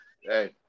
hey